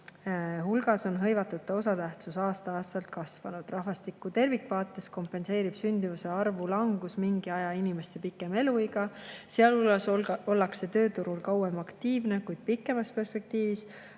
hulgas on hõivatute osatähtsus aasta-aastalt kasvanud. Rahvastiku tervikvaates kompenseerib sündimuse arvu langust mingi aja inimeste pikem eluiga, sealhulgas ollakse tööturul kauem aktiivne, kuid pikemas perspektiivis